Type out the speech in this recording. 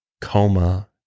coma